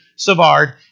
Savard